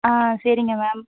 ஆ சரிங்க மேம்